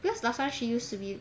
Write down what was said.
because last time she used to be